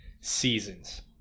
seasons